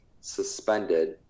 suspended